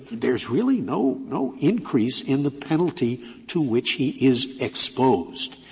there is really no no increase in the penalty to which he is exposed.